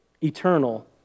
eternal